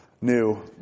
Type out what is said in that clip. new